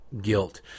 guilt